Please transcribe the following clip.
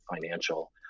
financial